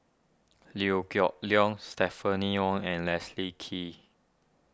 Liew Geok Leong Stephanie Wong and Leslie Kee